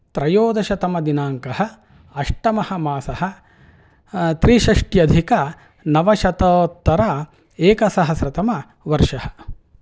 त्रयोदशतमदिनाङ्कः अष्टमः मासः त्रिषष्ट्यधिकनवशतोतर एकसहस्रतमवर्षः